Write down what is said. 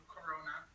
Corona